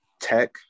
tech